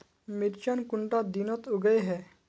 मिर्चान कुंडा दिनोत उगैहे?